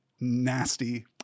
nasty